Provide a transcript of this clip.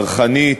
צרכנית,